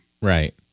Right